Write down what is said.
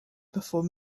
before